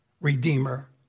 redeemer